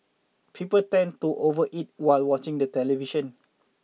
people tend to overeat while watching the television